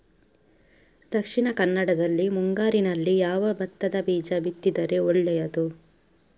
ದಕ್ಷಿಣ ಕನ್ನಡದಲ್ಲಿ ಮುಂಗಾರಿನಲ್ಲಿ ಯಾವ ಭತ್ತದ ಬೀಜ ಬಿತ್ತಿದರೆ ಒಳ್ಳೆಯದು?